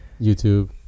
youtube